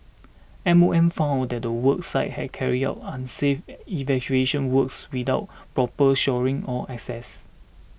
M O M found out that the work site had carried out unsafe excavation works without proper shoring or access